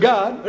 God